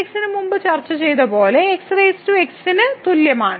y മുമ്പ് ചർച്ച ചെയ്തതുപോലെ xx ന് തുല്യമാണ്